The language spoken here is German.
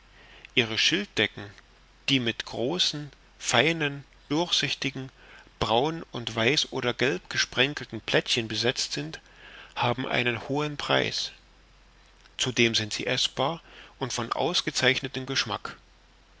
ihre schilddecken die mit großen seinen durchsichtigen braun und weiß oder gelb gesprenkelten plättchen besetzt sind haben einen hohen preis zudem sind sie eßbar und von ausgezeichnetem geschmack